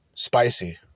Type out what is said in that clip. Spicy